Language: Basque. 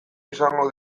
izango